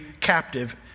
captive